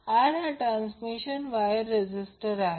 R हा transmission वायरचा resistor आहे